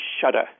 shudder